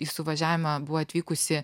į suvažiavimą buvo atvykusi